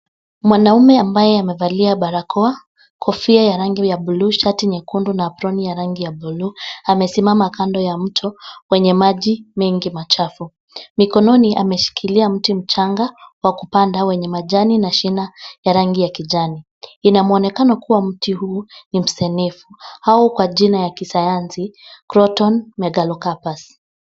mwanaume ambaye amevalia barakoa, kofia ya rangi ya buluu shati nyekundu na aproni ya rangi ya buluu amesimama kando ya mto mwenye maji mengi machafu mikononi ameshikilia mti mchanga wa kupanda mwenye majani na shina ya rangi ya kijani inamwonekano kuwa mti huu ni msenefu au kwa jina ya kisayansi croton megalocarpus